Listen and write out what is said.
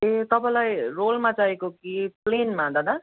ए तपाईँलाई रोलमा चाहिएको कि प्लेनमा दादा